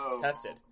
tested